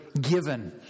given